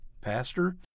Pastor